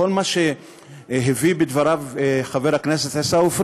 כל מה שהביא בדבריו חבר הכנסת עיסאווי